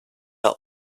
are